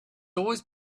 always